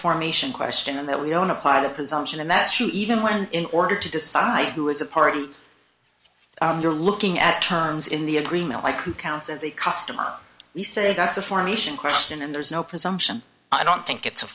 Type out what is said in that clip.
formation question and that we don't apply the presumption and that's true even when in order to decide who is a part you're looking at terms in the agreement like who counts as a customer we say that's a formation question and there's no presumption i don't think it's a